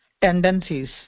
tendencies